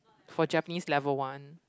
for Japanese level one